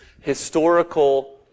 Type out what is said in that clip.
historical